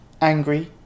Angry